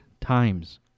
times